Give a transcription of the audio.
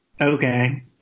okay